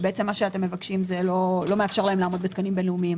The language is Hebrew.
שמה שאתם מבקשים לא מאפשר להם לעמוד בתקנים בין-לאומיים,